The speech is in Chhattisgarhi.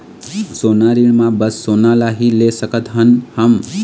सोना ऋण मा बस सोना ला ही ले सकत हन हम?